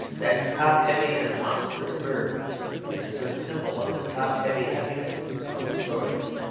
that top-heavy and monstrous bird is a good symbol of the top-heavy happiness of the stories.